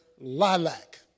lilac